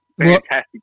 fantastic